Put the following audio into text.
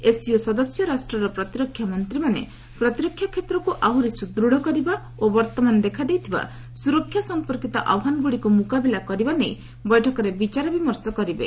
SCO ସଦସ୍ୟ ରାଷ୍ଟ୍ରର ପ୍ରତିରକ୍ଷା ମନ୍ତ୍ରୀମାନେ ପ୍ରତିରକ୍ଷା କ୍ଷେତ୍ରକୁ ଆହୁରି ସୁଦୂଢ଼ କରିବା ଓ ବର୍ତ୍ତମାନ ଦେଖାଦେଇଥିବା ସୁରକ୍ଷା ସଂପର୍କିତ ଆହ୍ୱାନଗୁଡ଼ିକୁ ମୁକାବିଲା କରିବା ନେଇ ବୈଠକରେ ବିଚାର ବିମର୍ଶ କରିବେ